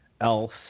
else